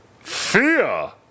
Fear